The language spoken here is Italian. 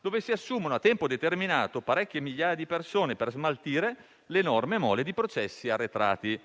dove si assumono a tempo determinato parecchie migliaia di persone per smaltire l'enorme mole di processi arretrati: